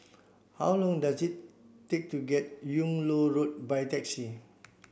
how long does it take to get Yung Loh Road by taxi